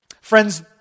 Friends